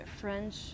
French